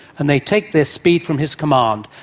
and they take their speed from his command.